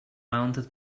mounted